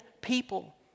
people